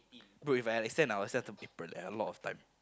bro If I had to extend I would extend something bro have a lot of time